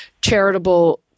charitable